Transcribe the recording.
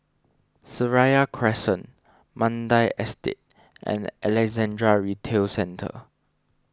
Seraya Crescent Mandai Estate and Alexandra Retail Centre